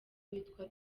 witwa